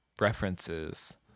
references